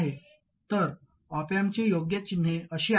तर ऑप अँपची योग्य चिन्हे अशी आहेत